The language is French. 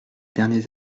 derniers